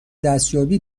دستیابی